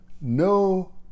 No